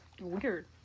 Weird